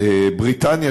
בריטניה,